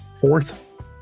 fourth